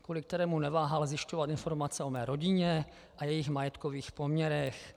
Kvůli kterému neváhal zjišťovat informace o mé rodině a jejích majetkových poměrech.